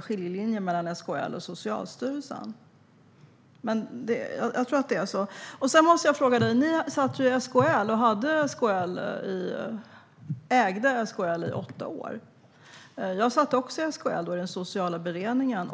skiljelinjer mellan SKL och Socialstyrelsen. Sedan måste jag ställa en fråga till dig. Ni satt i SKL och ägde SKL i åtta år. Jag satt också i SKL, i den sociala beredningen.